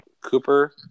Cooper